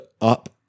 up